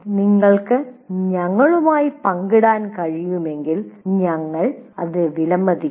നിങ്ങൾക്ക് ഞങ്ങളുമായി പങ്കിടാൻ കഴിയുമെങ്കിൽ ഞങ്ങൾ വിലമതിക്കും